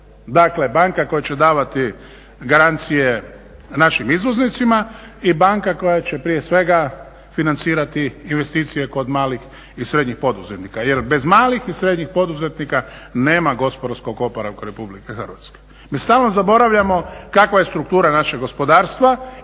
Dakle, banka koja će davati garancije našim izvoznicima i banka koja će prije svega financirati investicije kod malih i srednjih poduzetnika jer bez malih i srednjih poduzetnika nema gospodarskog oporavka RH. Mi stalno zaboravljamo kakva je struktura našeg gospodarstva